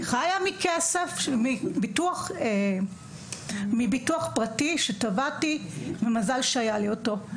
אני חיה מביטוח פרטי שתבעתי ומזל שהיה לי אותו.